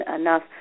enough